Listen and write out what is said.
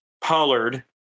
pollard